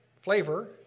flavor